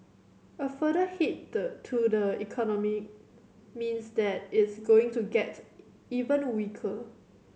a further hit to the economy means that it's going to get even weaker